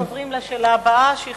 אנחנו עוברים לשאלה הבאה, שהיא